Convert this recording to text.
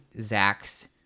zach's